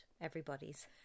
everybody's